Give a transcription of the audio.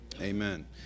amen